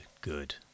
good